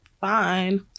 fine